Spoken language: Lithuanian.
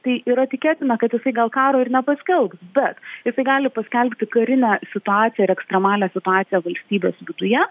tai yra tikėtina kad jisai gal karo ir nepaskelbs bet jisai gali paskelbti karinę situaciją ar ekstremalią situaciją valstybės viduje